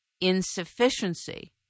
insufficiency